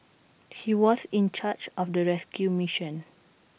he was in charge of the rescue mission